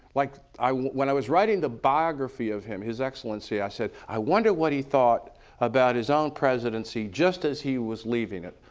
like when i was writing the biography of him, his excellency, i said, i wonder what he thought about his own presidency just as he was leaving it.